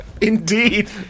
Indeed